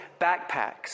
backpacks